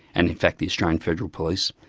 and in fact the australian federal police,